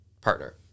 partner